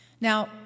Now